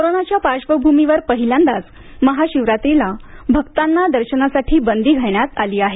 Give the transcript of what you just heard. कोरोनाच्या पार्श्वभूमीवर पहिल्यांदाच महाशिवरात्रीला भक्तांना दर्शनासाठी बंदी घालण्यात आली आहे